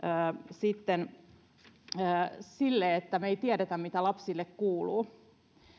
sitten siinä että me emme tiedä mitä lapsille kuuluu